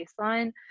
baseline